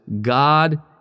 God